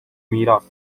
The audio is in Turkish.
miras